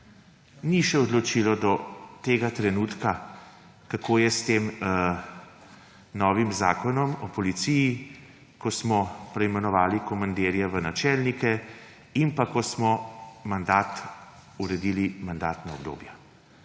še ni odločilo do tega trenutka, kako je s tem novim zakonom o policiji, ko smo preimenovali komandirje v načelnike in ko smo mandat uredili v mandatna obdobja.